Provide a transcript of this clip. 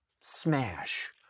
smash